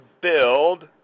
build